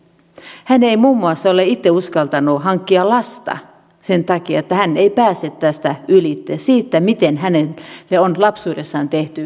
hän ei muun muassa ole itse uskaltanut hankkia lasta sen takia että hän ei pääse tästä ylitse siitä miten hänelle on lapsuudessaan tehty murha